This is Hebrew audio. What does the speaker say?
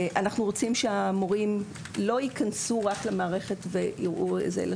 אנחנו רוצים שהמורים לא ייכנסו רק למערכת אלא